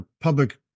public